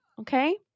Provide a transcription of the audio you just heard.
Okay